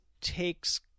takes